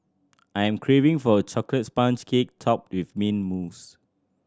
I am craving for a chocolate sponge cake topped with mint mousse